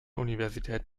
universität